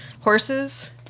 horses